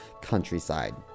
countryside